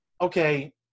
okay